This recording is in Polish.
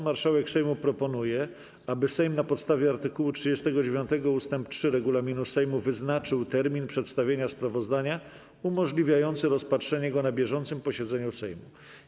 Marszałek Sejmu proponuje, aby Sejm na podstawie art. 39 ust. 3 regulaminu Sejmu wyznaczył termin przedstawienia sprawozdania umożliwiający rozpatrzenie go na bieżącym posiedzeniu Sejmu.